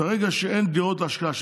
ברגע שאין דירות להשקעה,